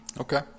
Okay